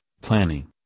planning